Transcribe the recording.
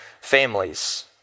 families